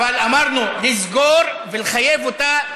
אמרנו: לסגור ולחייב אותה,